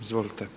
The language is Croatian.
Izvolite.